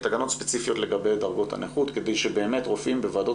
תקנות ספציפיות לגבי דרגות הנכות כדי שבאמת רופאים בוועדות